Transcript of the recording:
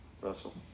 Russell